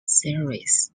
series